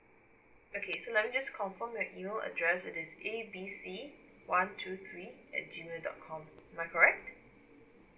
okay so let me just confirm your email address it is A B C one two three at G mail dot com am I correct